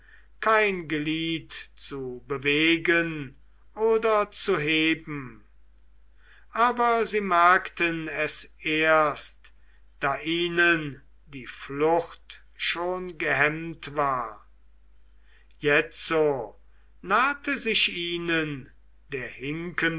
kein glied zu bewegen oder zu heben aber sie merkten es erst da ihnen die flucht schon gehemmt war jetzo nahte sich ihnen der